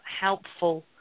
helpful